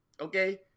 Okay